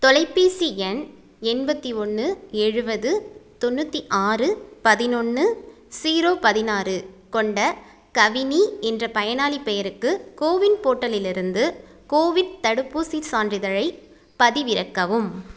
தொலைபேசி எண் எண்பத்து ஒன்று எழுபது தொண்ணூற்றி ஆறு பதினொன்று ஜீரோ பதினாறு கொண்ட கவினி என்ற பயனாளிப் பெயருக்கு கோவின் போர்ட்டலிலிருந்து கோவிட் தடுப்பூசிச் சான்றிதழைப் பதிவிறக்கவும்